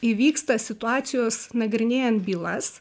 įvyksta situacijos nagrinėjant bylas